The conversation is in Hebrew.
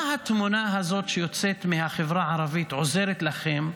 מה התמונה הזאת שיוצאת מהחברה הערבית עוזרת לכם?